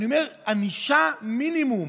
אני אומר, יש ענישת מינימום,